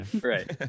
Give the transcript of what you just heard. Right